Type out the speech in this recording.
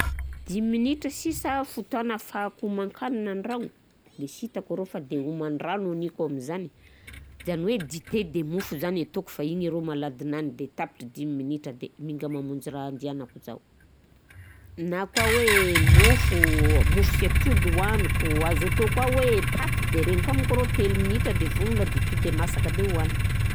Dimy minitra sisa fotoana ahafahako homankanina an-dragno de sy hitako rô fa de homan-drano haniko am'zany, zany hoe dite de mofo zany ataoko de igny rô maladinany de tapitry dimy minitra de minga mamonjy raha andianako zaho. Na koà hoe mofo, mofo sy atody oaniko, azo atao koa hoe paty de regny koà mônko arô telo minitra de vognogno de masaka de oanigny.